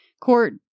court